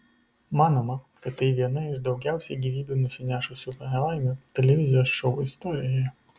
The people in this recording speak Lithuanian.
manoma kad tai viena iš daugiausiai gyvybių nusinešusių nelaimių televizijos šou istorijoje